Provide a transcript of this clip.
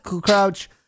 Crouch